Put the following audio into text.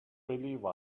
believe